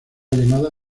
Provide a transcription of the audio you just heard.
llamada